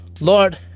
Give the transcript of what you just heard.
Lord